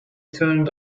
turned